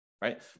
Right